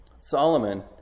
Solomon